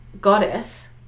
goddess